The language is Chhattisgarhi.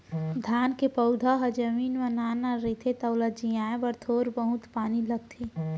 धान के पउधा ह जमीन म नान नान रहिथे त ओला जियाए बर थोर बहुत पानी लगथे